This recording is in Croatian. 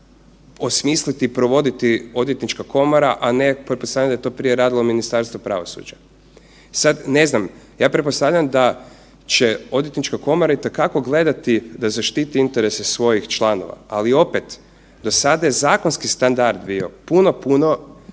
osmisliti i provoditi Odvjetnička komora, a ne, pretpostavljam da je to prije radilo Ministarstvo pravosuđa. Sad, ne znam, ja pretpostavljam da će Odvjetnička komora itekako gledati da zaštiti interese svojih članova, ali opet, do sada je zakonski standard bio puno puno